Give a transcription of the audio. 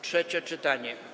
Trzecie czytanie.